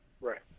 Right